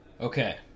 Okay